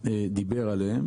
דיבר עליהם